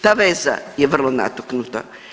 Ta veza je vrlo natuknuta.